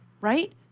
Right